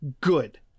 good